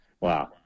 Wow